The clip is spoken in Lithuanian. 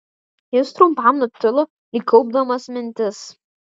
jis trumpam nutilo lyg kaupdamas mintis